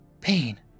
Pain